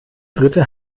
dritte